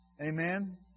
Amen